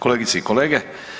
Kolegice i kolege.